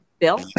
bill